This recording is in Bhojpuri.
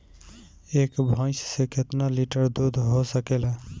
एक भइस से कितना लिटर दूध हो सकेला?